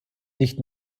nicht